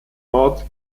ort